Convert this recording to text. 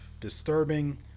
disturbing